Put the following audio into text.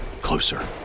Closer